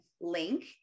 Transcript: link